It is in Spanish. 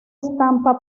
estampa